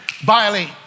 violate